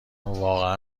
واقعا